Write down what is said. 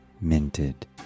minted